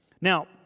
Now